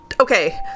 okay